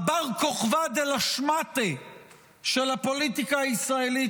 הבר כוכבא דה לה שמאטע של הפוליטיקה הישראלית,